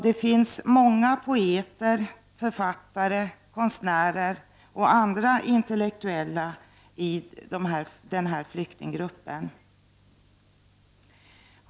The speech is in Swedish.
Det finns många poeter, författare, konstnärer och andra intellektuella inom den här flyktinggruppen.